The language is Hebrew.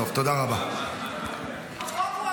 אי-אפשר.